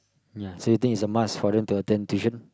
yeah so you think it's a must for them to attend tuition